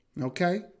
okay